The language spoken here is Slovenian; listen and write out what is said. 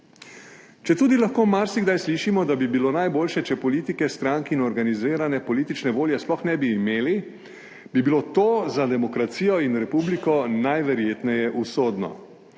Četudi lahko marsikdaj slišimo, da bi bilo najboljše, če politike, strank in organizirane politične volje sploh ne bi imeli bi bilo to za demokracijo in republiko najverjetneje usodno.